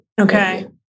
Okay